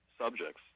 subjects